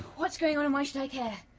what's going on and why should i care?